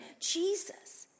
Jesus